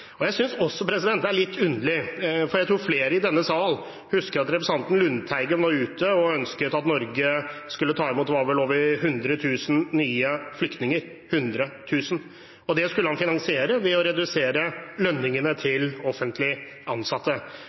Jeg synes også det er litt underlig, for jeg tror flere i denne sal husker at representanten Lundteigen var ute og ønsket at Norge skulle ta imot – det var vel over 100 000 nye flyktninger. Det skulle han finansiere ved å redusere lønningene til offentlig ansatte.